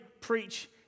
preach